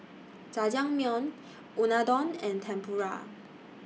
Jajangmyeon Unadon and Tempura